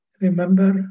remember